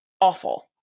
awful